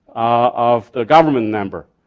of the government number.